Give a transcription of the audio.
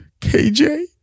KJ